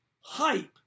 hype